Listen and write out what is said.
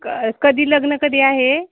क कधी लग्न कधी आहे